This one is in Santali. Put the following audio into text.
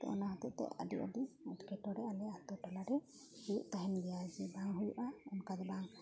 ᱛᱚ ᱚᱱᱟ ᱦᱚᱛᱮᱫ ᱛᱮ ᱟᱹᱰᱤ ᱟᱹᱰᱤ ᱮᱴᱠᱮᱴᱚᱬᱮ ᱟᱞᱮ ᱟᱹᱛᱩ ᱴᱚᱞᱮ ᱨᱮ ᱦᱩᱭᱩᱜ ᱛᱟᱦᱮᱱ ᱜᱮᱭᱟ ᱡᱮ ᱵᱟᱝ ᱦᱩᱭᱜᱼᱟ ᱚᱱᱠᱟ ᱫᱚ ᱵᱟᱝ